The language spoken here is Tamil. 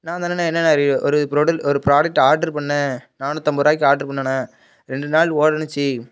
நான் அந்த அண்ணனை என்னண்ணா ஒரு ஒரு ப்ராடக்ட் ஆட்ரு பண்ணிணேன் நானூற்றைம்பது ரூபாய்க்கு ஆட்ரு பண்ணேண்ணா ரெண்டு நாள் ஓடுச்சு